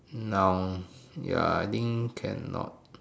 noun ya I think cannot